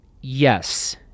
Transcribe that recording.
yes